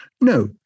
No